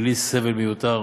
בלי סבל מיותר